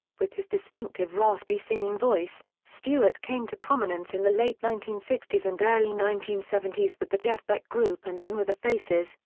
with his distinctive raspy singing voice, stewart came to prominence in the late nineteen sixty s and early nineteen seventy s with the jeff beck group and then with the faces,